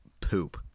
poop